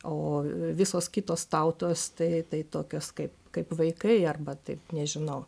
o visos kitos tautos tai tai tokios kaip kaip vaikai arba tai nežinau